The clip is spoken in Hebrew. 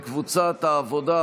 קבוצת סיעת העבודה,